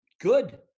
good